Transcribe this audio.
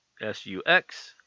S-U-X